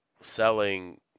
selling